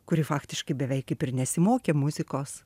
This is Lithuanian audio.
kuri faktiškai beveik kaip ir nesimokė muzikos